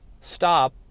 stop